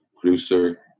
producer